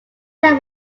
letter